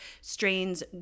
strains